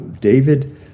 David